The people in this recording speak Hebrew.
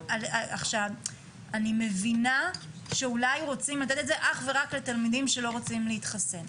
אני מבינה שאולי רוצים לתת את זה אך ורק לתלמידים שלא רוחצים להתחסן,